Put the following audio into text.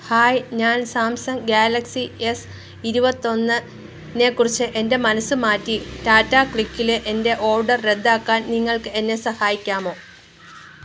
hi ഞാൻ Samsung Galaxy S ഇരുപത്തൊന്ന് നെക്കുറിച്ച് എൻ്റെ മനസ്സ് മാറ്റി ടാറ്റ ക്ലിക്ക് ലെ എൻ്റെ ഓർഡർ റദ്ദാക്കാൻ നിങ്ങൾക്ക് എന്നെ സഹായിക്കാമോ